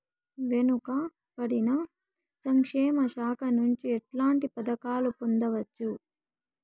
వెనుక పడిన సంక్షేమ శాఖ నుంచి ఎట్లాంటి పథకాలు పొందవచ్చు?